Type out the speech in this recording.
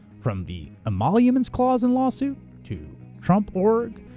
from the emoluments clause and lawsuit to trump org,